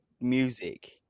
music